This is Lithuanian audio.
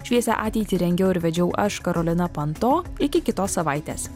šviesią ateitį rengiau ir vedžiau aš karolina panto iki kitos savaitės